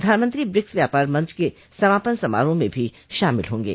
प्रधानमंत्री ब्रिक्स व्यापार मंच के समापन समारोह में भी शामिल होंगे